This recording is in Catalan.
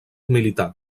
militar